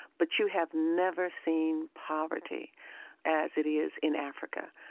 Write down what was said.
but you have never seen poverty as it is in africa.